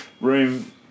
room